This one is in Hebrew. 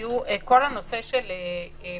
תראו, כל הנושא של פעוטות,